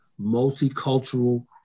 multicultural